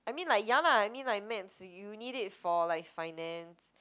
I mean like ya lah I mean like maths you need it for like finance